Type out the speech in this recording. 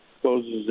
closes